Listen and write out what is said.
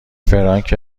فرانک